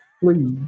Please